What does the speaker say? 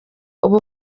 ubu